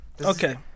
Okay